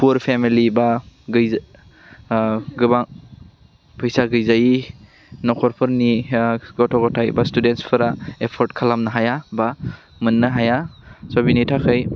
पुर फेमिलि बा गै गोबां फैसा गैजायि नखरफोरनिया गथ' ग'थाइ बा स्टुडेनसफोरा एफर्ट खालामनो हाया बा मोननो हाया सह बिनि थाखै